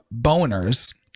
boners